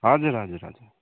हजुर हजुर हजुर